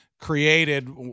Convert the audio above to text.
created